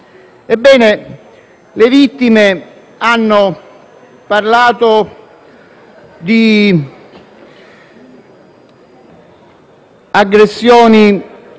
Ebbene, le vittime hanno parlato sì di aggressioni